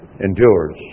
endures